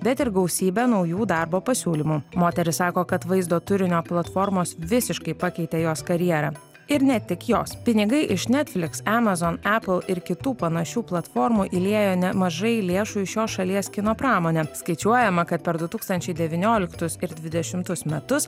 bet ir gausybę naujų darbo pasiūlymų moteris sako kad vaizdo turinio platformos visiškai pakeitė jos karjerą ir ne tik jos pinigai iš netfliks emazon epul ir kitų panašių platformų įliejo nemažai lėšų į šios šalies kino pramonę skaičiuojama kad per du tūkstančiai devynioliktus ir dvidešimtus metus